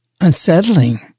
unsettling